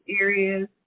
areas